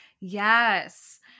Yes